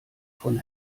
von